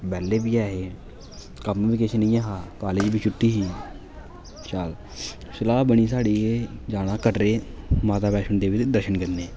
बैह्ले बी ऐ हे कम्म बी किश निं ऐ हा कालेज बी छुट्टी ही सलाह् बनी साढ़ी ऐ जाना कटरे माता बैश्णो देवी दे दर्शन करने